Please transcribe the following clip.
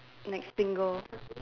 next single